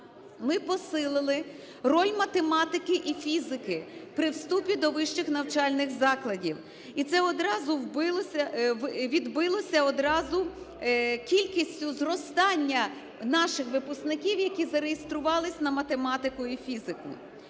Ми посилили роль математики і фізики при вступі до вищих навчальних закладів, і це одразу відбилося кількістю зростання наших випускників, які зареєструвалися на математику і фізику.